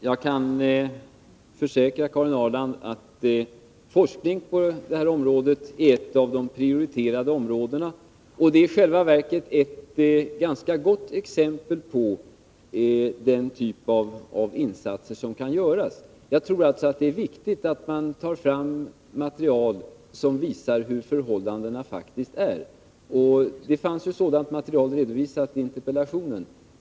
Herr talman! Jag kan försäkra Karin Ahrland att forskningen på detta område är en av de prioriterade forskningsverksamheterna. Den är i själva verket ett ganska gott exempel på den typ av insatser som kan göras. Jag tror att det är viktigt att man tar fram material som visar hur förhållandena faktiskt är. Det fanns sådant material redovisat i interpellationen.